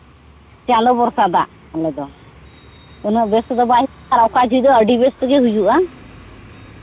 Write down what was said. ᱪᱟᱸᱫᱚ ᱵᱷᱚᱨᱥᱟ ᱫᱟᱜ ᱟᱞᱮ ᱫᱚ ᱩᱱᱟᱹᱜ ᱵᱮᱥ ᱫᱚ ᱵᱟᱭ ᱚᱠᱟ ᱡᱚᱠᱷᱚᱡ ᱫᱚ ᱟᱹᱰᱤ ᱵᱮᱥ ᱛᱮᱜᱮ ᱦᱩᱭᱩᱜᱼᱟ